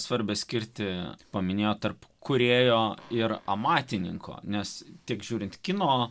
svarbią skirtį paminėjo tarp kūrėjo ir amatininko nes tik žiūrint kino